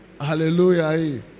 Hallelujah